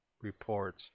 reports